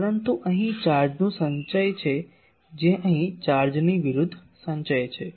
પરંતુ અહીં ચાર્જનું સંચય છે અહીં ચાર્જની વિરુદ્ધ સંચય છે